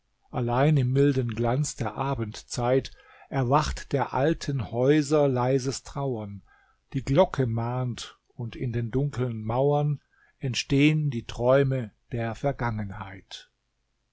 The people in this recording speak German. allein im milden glanz der abendzeit erwacht der alten häuser leises trauern die glocke mahnt und in den dunkeln mauern erstehn die träume der vergangenheit